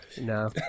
No